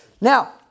Now